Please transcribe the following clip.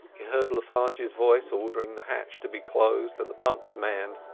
he heard le farge's voice ordering the hatch to be closed and the pumps manned,